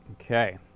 Okay